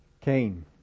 Cain